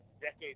decades